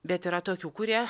bet yra tokių kurie